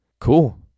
Cool